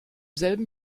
selben